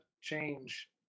change